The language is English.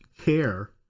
care